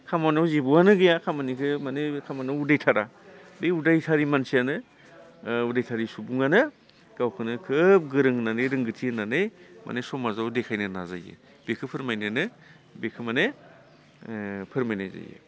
खामानियाव जेबोआनो गैया खामानिखौ माने बे खामानियाव उदायथारा बे उदायसारि मानसियानो उदायथारि सुबुङानो गावखौनो खोब गोरों होननानै रोंगोथि होनानै माने समाजाव देखायनो नाजायो बेखौ फोरमायनोनो बेखो माने फोरमायनाय जायो